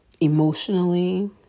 emotionally